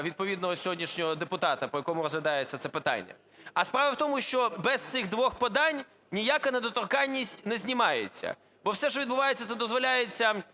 відповідного сьогоднішнього депутата, по якому розглядається це питання? А справа в тому, що без цих двох подань ніяка недоторканність не знімається, бо все, що відбувається, це дозволяється